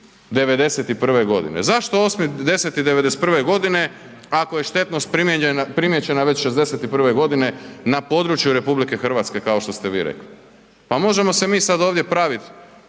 8.10.'91. godine. Zašto 8.10.'91. godine ako je štetnost primijećena već '61. godine na području RH kao što ste vi rekli? Pa možemo se mi ovdje praviti